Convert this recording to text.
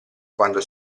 quando